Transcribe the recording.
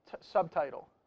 subtitle